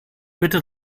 bitte